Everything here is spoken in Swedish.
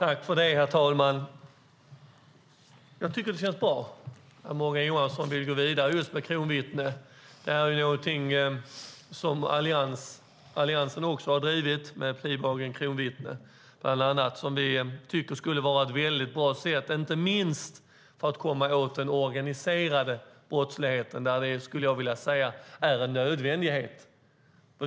Herr talman! Det känns bra att Morgan Johansson vill gå vidare med frågan om kronvittnen. Också Alliansen har drivit frågan om plea bargaining, kronvittnen. Vi tycker att det vore ett bra sätt att komma åt inte minst den organiserade brottsligheten. Jag skulle vilja säga att det är en nödvändighet.